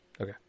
Okay